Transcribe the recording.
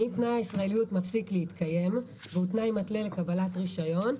אם תנאי הישראליות מפסיק להתקיים והוא תנאי מתלה לקבלת רישיון,